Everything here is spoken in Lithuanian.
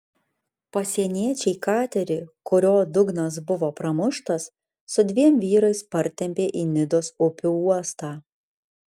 pasieniečiai katerį kurio dugnas buvo pramuštas su dviem vyrais partempė į nidos upių uostą